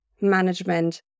management